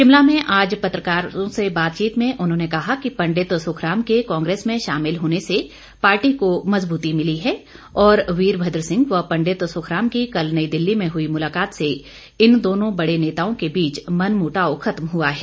शिमला में आज पत्रकारों से बातचीत में उन्होंने कहा कि पंडित सुखराम के कांग्रेस में शामिल होने से पार्टी को मजबूती मिली है और यीरभद्र सिंह व पंडित सुखराम की कल नई दिल्ली में हुई मुलाकात से इन दोनों बड़े नेताओं के बीच मन मुटाव खत्म हुआ है